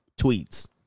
tweets